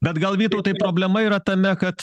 bet gal vytautai problema yra tame kad